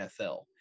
NFL